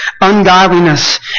ungodliness